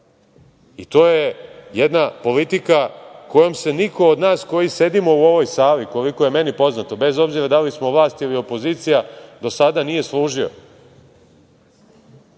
je jedna politika kojom se niko od nas koji sedimo u ovoj sali, koliko je meni poznato, bez obzira da li smo vlast ili opozicija, do sada nije služio.